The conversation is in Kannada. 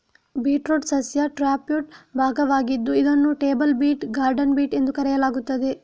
ಬೀಟ್ರೂಟ್ ಸಸ್ಯ ಟ್ಯಾಪ್ರೂಟ್ ಭಾಗವಾಗಿದ್ದು ಇದನ್ನು ಟೇಬಲ್ ಬೀಟ್, ಗಾರ್ಡನ್ ಬೀಟ್ ಎಂದು ಕರೆಯಲಾಗುತ್ತದೆ